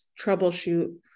troubleshoot